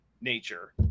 nature